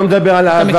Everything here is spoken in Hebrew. אני לא מדבר על אהבה.